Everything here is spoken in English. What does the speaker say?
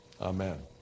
Amen